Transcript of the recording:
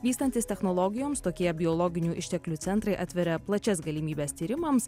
vystantis technologijoms tokie biologinių išteklių centrai atveria plačias galimybes tyrimams